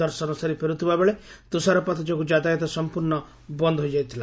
ଦର୍ଶନସାରି ଫେରୁଥିବାବେଳେ ତୁଷାରପାତ ଯୋଗୁ ଯାତାୟତ ସମ୍ମର୍ଶ୍ର ବନ୍ଦ ହୋଇଯାଇଥିଲା